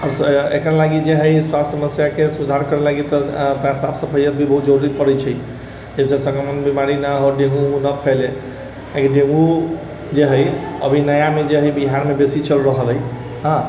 आओर एकरा लागी जे है स्वास्थ्य समस्याके सुधार करे लागी तऽ साफ सफइया भी बहुत जरुरी पड़ै छै जाहिसे सक्रमण बिमारी नऽ हो डेंगू उँगु नऽ फैले कीआकि डेंगू जे है अभी नयामे जे है बिहारमे बेसी चल रहल है हँ